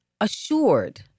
assured